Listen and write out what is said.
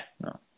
no